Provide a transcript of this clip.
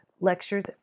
lectures